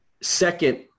second